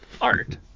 art